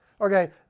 Okay